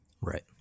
Right